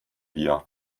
wir